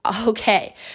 Okay